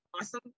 awesome